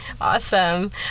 Awesome